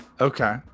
Okay